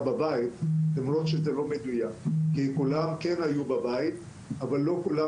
בבית למרות שזה לא מדויק כי כולם כן היו בבית אבל לא כולם